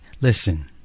Listen